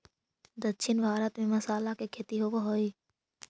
दक्षिण भारत में मसाला के खेती होवऽ हइ